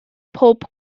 pob